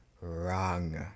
wrong